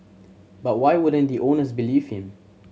but why wouldn't the owners believe him